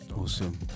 Awesome